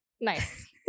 nice